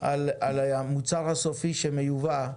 על המוצר הסופי שמיובא,